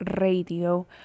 radio